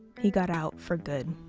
he got out for good.